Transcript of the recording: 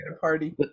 party